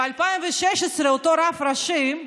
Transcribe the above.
ב-2016 אותו רב ראשי,